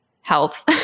health